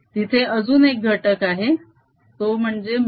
तिथे अजून एक घटक आहे तो म्हणजे μ0